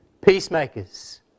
peacemakers